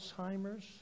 Alzheimer's